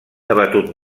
debatut